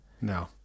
No